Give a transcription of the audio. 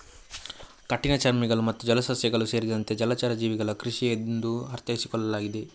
ಕಠಿಣಚರ್ಮಿಗಳು ಮತ್ತು ಜಲಸಸ್ಯಗಳು ಸೇರಿದಂತೆ ಜಲಚರ ಜೀವಿಗಳ ಕೃಷಿ ಎಂದು ಅರ್ಥೈಸಿಕೊಳ್ಳಲಾಗಿದೆ